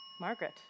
Margaret